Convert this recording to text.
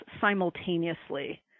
simultaneously